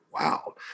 wow